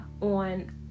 on